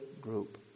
group